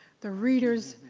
the readers,